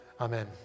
Amen